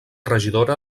regidora